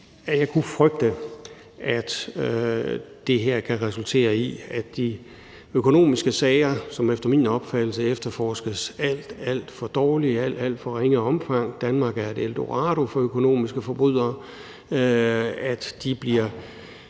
jeg kunne frygte, at det her kan resultere i, at de økonomiske sager, som efter min opfattelse efterforskes alt, alt for dårligt i et alt, alt for ringe omfang – Danmark er et eldorado for økonomiske forbrydere – kommer